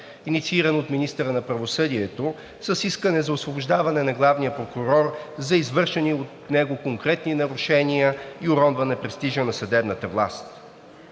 инициирано от министъра на правосъдието с искане за освобождаване на главния прокурор за извършени от него конкретни нарушения и уронване престижа на съдебната власт.